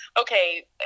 okay